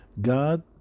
God